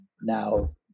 now